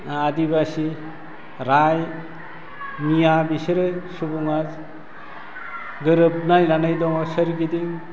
आदिबासि राय मिया बिसोरो सुबुंआ गोरोबलायनानै दङ सोरगिदिं